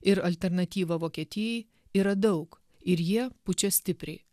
ir alternatyvą vokietijai yra daug ir jie pučia stipriai